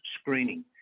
screening